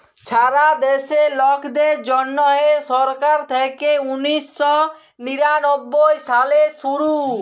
ছারা দ্যাশে লকদের জ্যনহে ছরকার থ্যাইকে উনিশ শ নিরানব্বই সালে শুরু